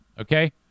Okay